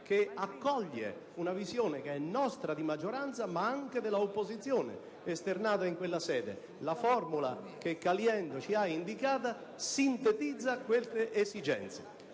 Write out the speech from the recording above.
che accoglie una visione, che è nostra di maggioranza ma anche dell'opposizione, esternata in quella sede. La formula che il sottosegretario Caliendo ci ha indicato sintetizza quelle esigenze.